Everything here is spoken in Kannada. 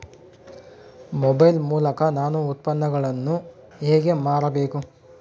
ಮೊಬೈಲ್ ಮೂಲಕ ನಾನು ಉತ್ಪನ್ನಗಳನ್ನು ಹೇಗೆ ಮಾರಬೇಕು?